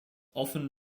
often